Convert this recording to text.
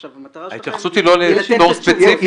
עכשיו המטרה --- ההתייחסות --- ספציפי, תגיד.